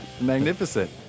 Magnificent